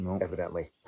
evidently